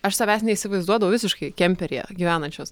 aš savęs neįsivaizduodavau visiškai kemperyje gyvenančios